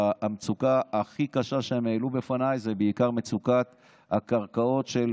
והמצוקה הכי קשה שהם העלו בפניי זה בעיקר מצוקת הקרקעות של